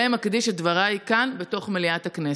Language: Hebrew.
ולהם אקדיש את דבריי כאן, בתוך מליאת הכנסת.